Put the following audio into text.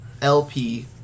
LP